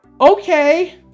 Okay